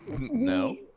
No